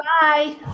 Bye